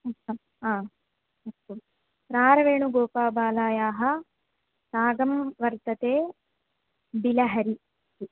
आ अस्तु रारवेणुगोपाबालायाः रागं वर्तते बिलहरिः इति